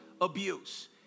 abuse